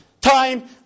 time